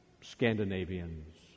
Scandinavians